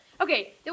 Okay